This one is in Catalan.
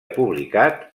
publicat